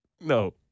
No